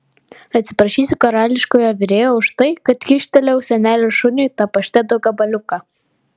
atsiprašysiu karališkojo virėjo už tai kad kyštelėjau senelės šuniui tą pašteto gabaliuką